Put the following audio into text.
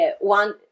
one